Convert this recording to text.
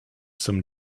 some